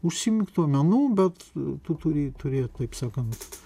užsiimk tuo menu bet tu turi turėt taip sakant